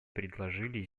предложили